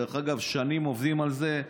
דרך אגב, שנים עובדים על זה.